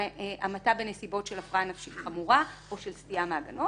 להמתה בנסיבות של הפרעה נפשית חמורה או של סטייה מהגנות.